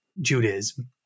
Judaism